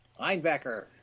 Linebacker